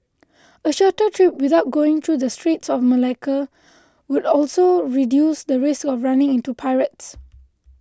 a shorter trip without going through the Straits of Malacca would also reduce the risk of running into pirates